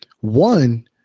one